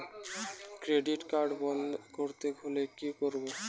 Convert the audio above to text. Credit card বন্ধ করতে হলে কি করব?